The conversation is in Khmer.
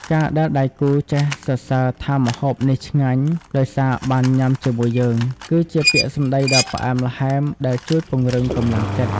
ការដែលដៃគូចេះសរសើរថាម្ហូបនេះឆ្ងាញ់ដោយសារបានញ៉ាំជាមួយយើង គឺជាពាក្យសម្ដីដ៏ផ្អែមល្ហែមដែលជួយពង្រឹងកម្លាំងចិត្ត។